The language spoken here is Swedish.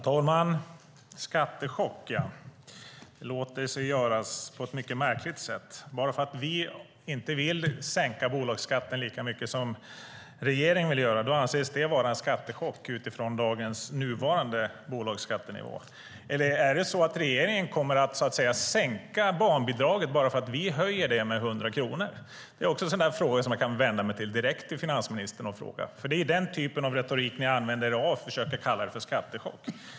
Herr talman! Skattechock ja, det låter sig göras på ett mycket märkligt sätt. Bara för att vi inte vill sänka bolagsskatten lika mycket som regeringen vill göra anses det vara en skattechock utifrån nuvarande bolagsskattenivå. Eller är det så att regeringen kommer att sänka barnbidraget bara för att vi vill höja det med 100 kronor? Det är också en sådan fråga som jag kan vända mig med direkt till finansministern, för det är den typen av retorik som ni använder er av, att försöka kalla det för skattechock.